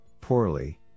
poorly